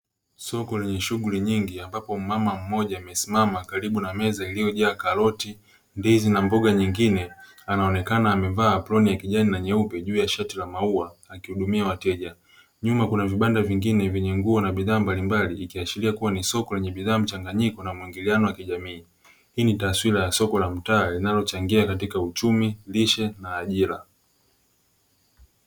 Soko lenye shughuli nyingi ambapo mama mmoja amesimama karibu na meza iliyojaa karoti, ndizi na mboga nyingine. Anaonekana amevaa aproni ya kijani na nyeupe juu ya shati la maua akihudumia wateja. Nyuma kuba vibanda vingine vyenye nguo na bidhaa mbalimbali ikiashiria kuwa ni soko lenye bidhaa mchanganyiko na mwingiliano wa kijamii. Hii ni taswira ya soko la mtaa linalochangia katika uchumi, lishe na ajira.